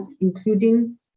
including